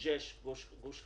ג'ש (גוש חלב)